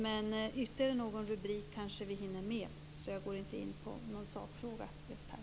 Men ytterligare någon rubrik kanske vi hinner med. Jag går inte in på någon sakfråga just här.